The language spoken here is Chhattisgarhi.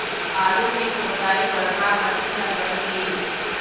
आलू के खोदाई बर का मशीन हर बने ये?